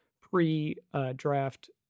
pre-draft